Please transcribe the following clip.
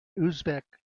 uzbek